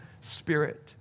Spirit